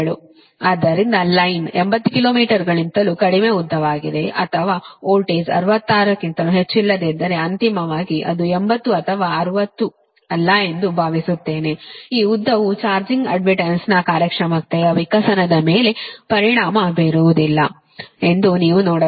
ಆದ್ದರಿಂದ ಲೈನ್ 80 ಕಿಲೋಮೀಟರ್ಗಿಂತಲೂ ಕಡಿಮೆ ಉದ್ದವಾಗಿದೆ ಅಥವಾ ವೋಲ್ಟೇಜ್ 66 ಕ್ಕಿಂತ ಹೆಚ್ಚಿಲ್ಲದಿದ್ದರೆ ಅಂತಿಮವಾಗಿ ಅದು 80 ಅಥವಾ 60 ಅಲ್ಲ ಎಂದು ನಾವು ಭಾವಿಸುತ್ತೇವೆ ಈ ಉದ್ದವು ಚಾರ್ಜಿಂಗ್ ಅಡ್ಡ್ಮಿಟನ್ಸ್ನ ಕಾರ್ಯಕ್ಷಮತೆಯ ವಿಕಸನದ ಮೇಲೆ ಪರಿಣಾಮ ಬೀರುವುದಿಲ್ಲ ಎಂದು ನೀವು ನೋಡಬೇಕು